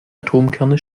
atomkerne